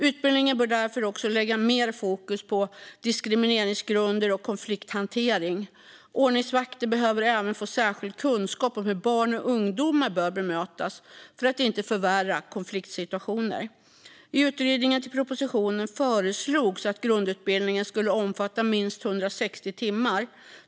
Utbildningen bör ha mer fokus på diskrimineringsgrunder och konflikthantering. Ordningsvakter behöver även få särskild kunskap om hur barn och ungdomar bör bemötas för att inte förvärra konfliktsituationer. I utredningen till propositionen föreslogs att grundutbildningen skulle omfatta minst 160 timmar.